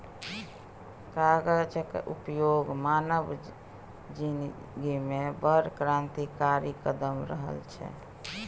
कागजक उपयोग मानव जिनगीमे बड़ क्रान्तिकारी कदम रहल छै